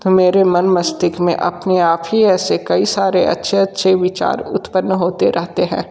तो मेरे मन मस्तिष्क में अपने आप ही ऐसे कई सारे अच्छे अच्छे विचार उत्पन्न होते रहते हैं